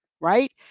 Right